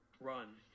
Run